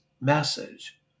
message